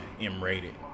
M-rated